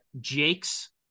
Jake's